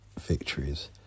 victories